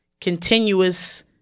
continuous